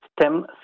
STEM